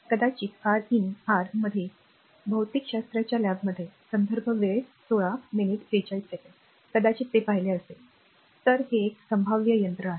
कदाचित R in R मध्ये भौतिकशास्त्राच्या लॅबमध्ये कदाचित ते पाहिले असेल तर हे एक संभाव्य यंत्र आहे